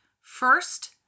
First